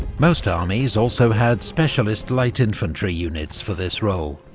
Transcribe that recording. most armies also had specialist light infantry units for this role,